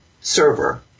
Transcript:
server